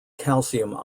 calcium